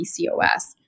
PCOS